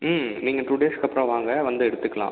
ம் நீங்கள் டூ டேஸ்க்கு அப்புறம் வாங்க வந்து எடுத்துக்கலாம்